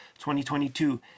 2022